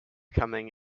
coming